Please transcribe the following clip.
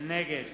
נגד